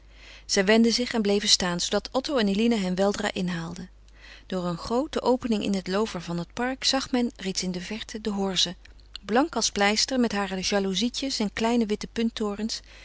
zij wendden zich en bleven staan zoodat otto en eline hen weldra inhaalden door een groote opening in het loover van het park zag men reeds in de verte de horze blank als pleister met hare jaloezietjes en kleine witte punttorens